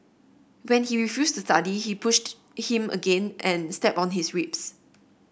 when he refused to study she pushed him again and stepped on his ribs